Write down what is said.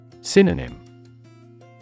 Synonym